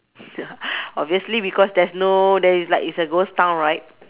obviously because there's no there is like a ghost town right